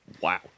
Wow